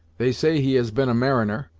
they say he has been a mariner,